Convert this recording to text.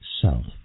self